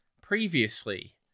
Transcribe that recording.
previously